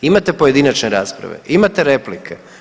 Imate pojedinačne rasprave, imate replike.